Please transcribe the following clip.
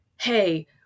hey